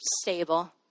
stable